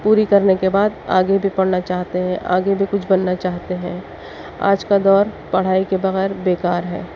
پوری کرنے کے بعد آگے بھی پڑھنا چاہتے ہیں آگے بھی کچھ بننا چاہتے ہیں آج کا دور پڑھائی کے بغیر بےکار ہے